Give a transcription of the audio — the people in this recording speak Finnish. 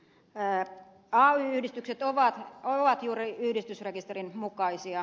ay yhdistykset ovat juuri yhdistysrekisterin mukaisia